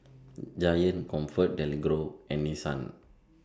Giant ComfortDelGro and Nissan